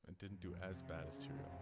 and didn't do as best you